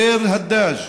ביר הדאג',